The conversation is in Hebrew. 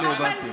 הינה, הבנתם.